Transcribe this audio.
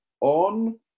on